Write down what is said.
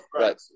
Right